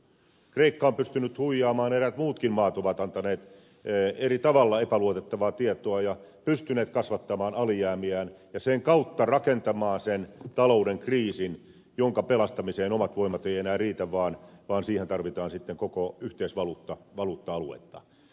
kreikka on pystynyt huijaamaan ja eräät muutkin maat ovat antaneet eri tavalla epäluotettavaa tietoa ja pystyneet kasvattamaan alijäämiään ja sen kautta rakentamaan sen talouden kriisin jonka pelastamiseen omat voimat eivät enää riitä vaan siihen tarvitaan sitten koko yhteisvaluutta aluetta